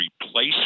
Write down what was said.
replace